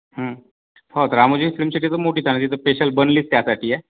हो तर रामोजी फिल्मसिटी तर मोठीच आहे ती तर स्पेशल बनलीच त्यासाठी आहे